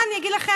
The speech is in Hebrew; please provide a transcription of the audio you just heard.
מה אני אגיד לכם?